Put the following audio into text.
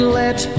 let